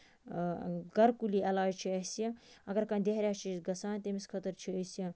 گرِ کُلی علاج چھُ اَسہِ یہِ اَگر کانہہ دیہرِیا چھُ گژھان تٔمِس خٲطرٕ چھُ أسۍ یہِ